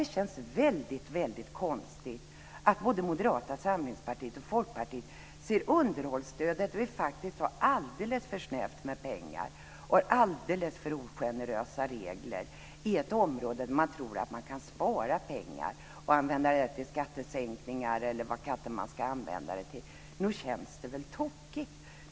Det känns också väldigt konstigt att både Moderata samlingspartiet och Folkpartiet vill förse underhållsstödet alldeles för snävt med pengar och med alldeles för ogenerösa regler. Det är ett område där de tror att man faktiskt kan spara in pengar och använda dessa till skattesänkningar eller vad det kan vara. Nog känns väl detta tokigt.